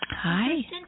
Hi